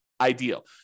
ideal